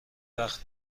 وقت